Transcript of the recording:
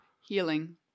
Healing